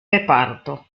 reparto